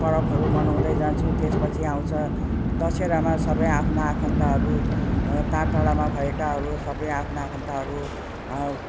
पर्वहरू मनाउँदै जान्छौँ त्यस पछि आउँछ दसहरामा सबै आफ्ना आफन्तहरू टाढा टाढामा भएकाहरू सबै आफ्ना आफन्तहरू